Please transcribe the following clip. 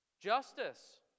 Justice